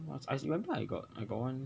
what's I remember I got I got one